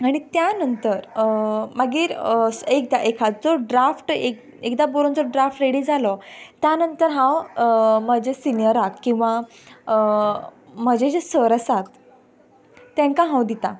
आनी त्या नंतर मागीर एक एखादो ड्राफ्ट एक एकदां बरोवन जालो ड्राफ्ट रेडी जालो त्या नंतर हांव म्हज्या सिनीयराक किंवां म्हजे जे सकल आसात तांकां हांव दितां